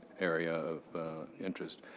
area of interest.